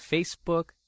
Facebook